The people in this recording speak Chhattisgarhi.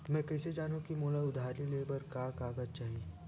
मैं कइसे जानहुँ कि मोला उधारी ले बर का का कागज चाही?